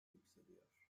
yükseliyor